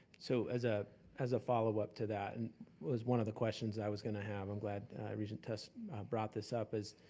so as ah as a follow up to that, and was one of the questions i was gonna have, i'm glad regent tuss brought this up is,